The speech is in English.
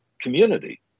community